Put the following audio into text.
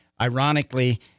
Ironically